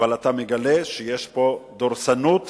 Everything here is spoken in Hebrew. אבל אתה מגלה שיש פה דורסנות